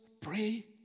pray